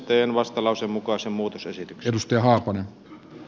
teen vastalauseen mukaisen muutosesityksen